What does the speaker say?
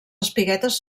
espiguetes